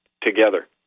together